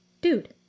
Dude